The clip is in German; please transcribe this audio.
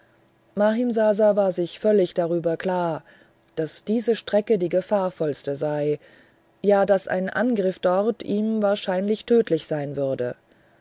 mahimsasa war sich völlig darüber klar daß diese strecke die gefahrvollste sei ja daß ein angriff dort ihm wahrscheinlich tödlich sein würde